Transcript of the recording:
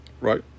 Right